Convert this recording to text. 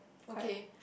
okay